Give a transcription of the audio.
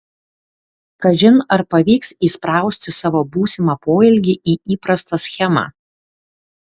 kažin ar pavyks įsprausti savo būsimą poelgį į įprastą schemą